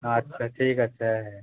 আচ্ছা ঠিক আছে হ্যাঁ